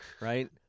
Right